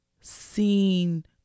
seen